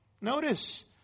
Notice